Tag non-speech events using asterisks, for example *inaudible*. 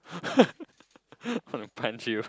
*laughs* wanna punch you